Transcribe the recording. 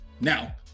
Now